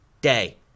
day